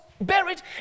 buried